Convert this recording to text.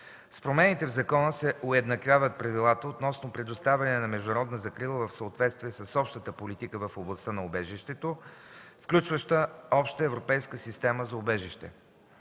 С промените в закона се уеднаквят правилата относно предоставяне на международна закрила в съответствие с общата политика в областта на убежището, включваща Обща европейска система за убежище.